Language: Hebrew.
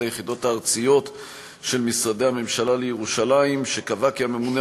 היחידות הארציות של משרדי הממשלה לירושלים קבעה כי הממונה